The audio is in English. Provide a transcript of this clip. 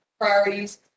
priorities